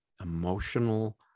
emotional